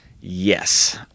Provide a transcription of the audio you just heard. Yes